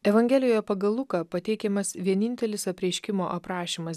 evangelijoje pagal luką pateikiamas vienintelis apreiškimo aprašymas